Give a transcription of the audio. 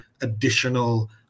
additional